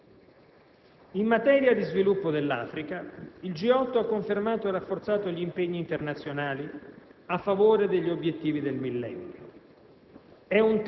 le decisioni del Canada e del Giappone che, come è noto, impegnano a dimezzare le emissioni entro il 2050.